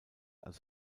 als